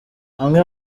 amwe